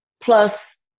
Plus